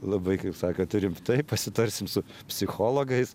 labai kaip sakot rimtai pasitarsim su psichologais